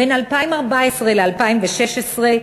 בין 2014 ל-2016,